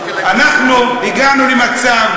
אנחנו הגענו למצב,